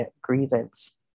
grievance